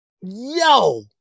Yo